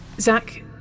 Zach